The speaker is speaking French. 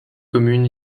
commune